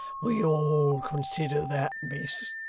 we all consider that, miss